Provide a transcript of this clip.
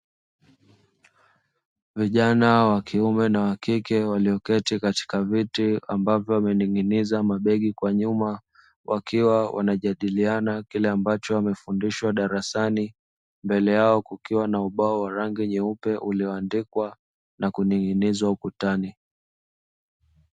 Vijana wa kiume na wa kike, walioketi katika ambavyo wamening'iniza mabegi kwa nyuma, wakiwa wanajadiliana kile ambacho wamefundishwa darasani. Mbele yao kukiwa na ubao wa rangi nyeupe ulioandikwa na kuning'inizwa ukutani.